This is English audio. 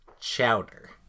chowder